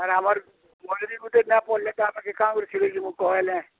ଆର୍ ଆମର୍ ଗଲିରେ ଗୁଟେ ନାଇଁ ପଡ଼୍ଲେ ତ କାଁ କରି ସିଲେଇ ଯିମୁ କହ ହେଲେ